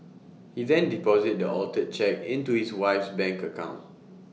he then deposited the altered cheque into his wife's bank account